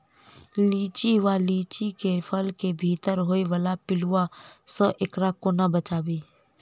लिच्ची वा लीची केँ फल केँ भीतर होइ वला पिलुआ सऽ एकरा कोना बचाबी?